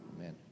Amen